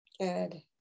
Good